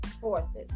forces